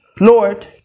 Lord